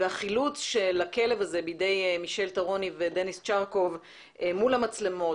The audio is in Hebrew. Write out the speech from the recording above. חילוץ הכלב בידי מישל טרוני ודניס צ'רקוב מול המצלמות